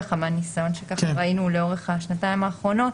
מהניסיון שראינו לאורך השנתיים האחרונות.